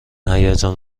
هیجان